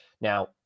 Now